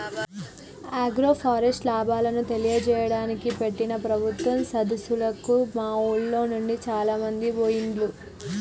agroforest లాభాలను తెలియజేయడానికి పెట్టిన ప్రభుత్వం సదస్సులకు మా ఉర్లోనుండి చాలామంది పోయిండ్లు